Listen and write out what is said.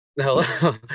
hello